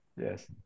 Yes